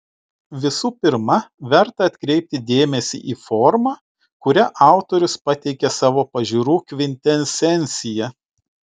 visų pirma verta atkreipti dėmesį į formą kuria autorius pateikia savo pažiūrų kvintesenciją